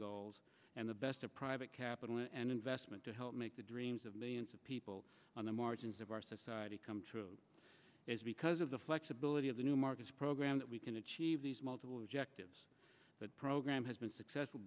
goals and the best of private capital and investment to help make the dreams of millions of people on the margins of our society come true because of the flexibility the new markets program that we can achieve these multiple objectives the program has been successful